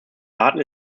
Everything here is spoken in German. daten